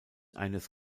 eines